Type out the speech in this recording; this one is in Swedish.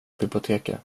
biblioteket